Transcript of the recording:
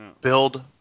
build